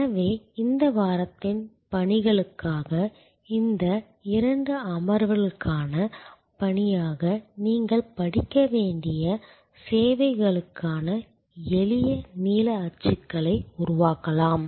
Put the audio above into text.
எனவே இந்த வாரத்தின் பணிகளுக்காக இந்த இரண்டு அமர்வுகளுக்கான பணியாக நீங்கள் படிக்க வேண்டிய சேவைகளுக்கான எளிய நீல அச்சுகளை உருவாக்கலாம்